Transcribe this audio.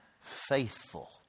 faithful